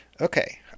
Okay